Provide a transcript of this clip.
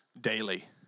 daily